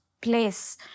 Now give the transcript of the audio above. place